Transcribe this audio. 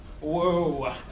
Whoa